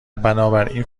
بنابراین